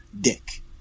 Dick